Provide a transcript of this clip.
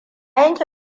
yanke